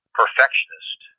perfectionist